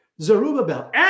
Zerubbabel